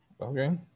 Okay